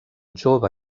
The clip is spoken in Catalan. jove